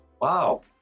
wow